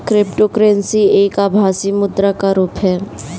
cryptocurrency एक आभासी मुद्रा का रुप है